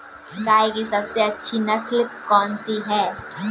गाय की सबसे अच्छी नस्ल कौनसी है?